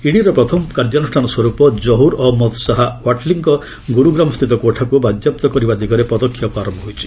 ଇଡିର ପ୍ରଥମ କାର୍ଯ୍ୟାନୁଷ୍ଠାନସ୍ୱରୂପ କହୁର୍ ଅହମ୍ମଦ ଶାହା ୱାଟଲିଙ୍କ ଗୁରୁଗ୍ରାମସ୍ଥିତ କୋଠାକୁ ବାଜ୍ୟାପ୍ତ କରିବା ଦିଗରେ ପଦକ୍ଷେପ ଆରମ୍ଭ ହୋଇଛି